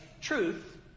truth